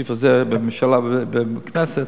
הסעיף הזה בממשלה ובכנסת,